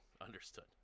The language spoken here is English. Understood